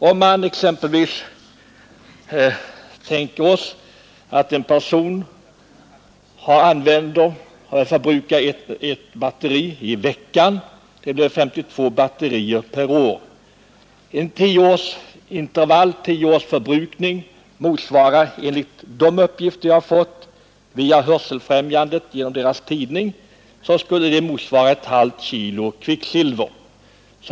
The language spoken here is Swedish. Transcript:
Om man tänker sig att en person förbrukar ett batteri i veckan, blir det 52 batterier per år. Tio års förbrukning motsvarar enligt uppgifter jag har fått via Hörselfrämjandets tidning ett halvt kilo kvicksilver.